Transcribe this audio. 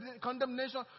condemnation